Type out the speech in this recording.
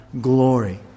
glory